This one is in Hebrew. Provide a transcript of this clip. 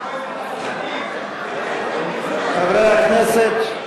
חברי הכנסת,